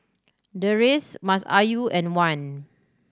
Deris Masayu and Wan